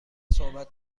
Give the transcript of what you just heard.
صحبت